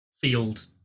field